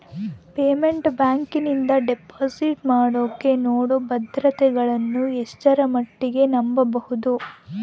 Private ಬ್ಯಾಂಕಿನವರು deposit ಮಾಡೋಕೆ ನೇಡೋ ಭದ್ರತೆಗಳನ್ನು ಎಷ್ಟರ ಮಟ್ಟಿಗೆ ನಂಬಬಹುದು?